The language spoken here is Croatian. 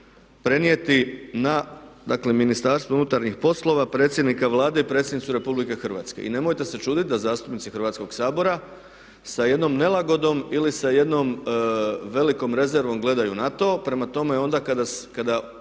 prenijeti na dakle Ministarstvo unutarnjih poslova, predsjednika Vlade i predsjednicu Republike Hrvatske. I nemojte se čuditi da zastupnici Hrvatskoga sabora sa jednom nelagodom ili sa jednom velikom rezervom gledaj na to. Prema tome onda kada